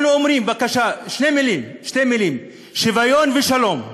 אנחנו אומרים: בבקשה, שתי מילים: שוויון ושלום.